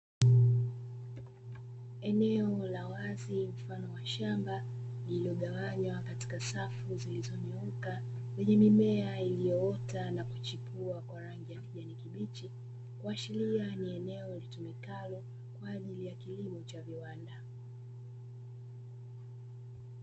Eneo la wazi mfano wa shamba lililogawanywa katika safu zilizonyoka, lenye mimea iliyoota na kuchipua kwa rangi ya kijani kibichi, kuashiria ni eneo litumikalo kwa ajili ya kilimo cha viwanda.